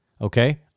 okay